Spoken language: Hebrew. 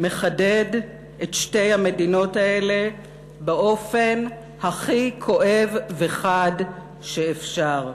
מחדד את שתי המדינות האלה באופן הכי כואב וחד שאפשר.